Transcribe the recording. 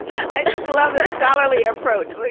i love scholarly approach. like